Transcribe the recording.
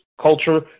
culture